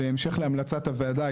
בהמשך להמלצת הוועדה,